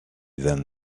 than